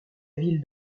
ville